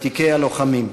ותיקי הלוחמים.